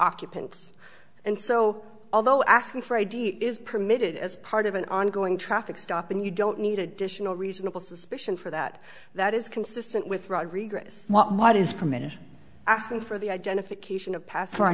occupants and so although asking for id is permitted as part of an ongoing traffic stop and you don't need additional reasonable suspicion for that that is consistent with rodrigues what is permitted asking for the identification of past